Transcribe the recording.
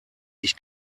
ich